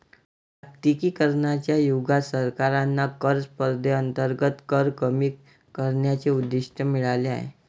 जागतिकीकरणाच्या युगात सरकारांना कर स्पर्धेअंतर्गत कर कमी करण्याचे उद्दिष्ट मिळाले आहे